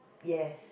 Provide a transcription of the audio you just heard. yes